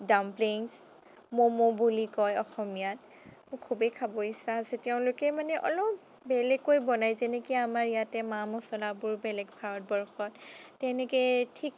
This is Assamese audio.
ডাম্পলিঙছ ম'ম বুলি কয় অসমীয়াত মোৰ খুবেই খাব ইচ্ছা আছে তেওঁলোকে মানে অলপ বেলেগেকৈ বনায় যেনেকৈ আমাৰ ইয়াতে মা মছলাবোৰ বেলেগ ভাৰতবৰ্ষত তেনেকে ঠিক